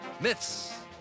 Myths